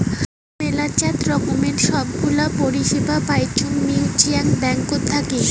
মেলাচান রকমের সব গুলা পরিষেবা পাইচুঙ মিউচ্যুয়াল ব্যাঙ্কত থাকি